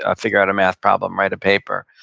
ah figure out a math problem, write a paper,